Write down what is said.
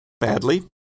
badly